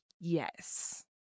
yes